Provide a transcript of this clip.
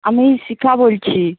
আমি শিখা বলছি